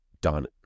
Don